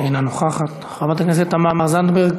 אינה נוכחת, חברת הכנסת תמר זנדברג,